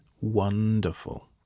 wonderful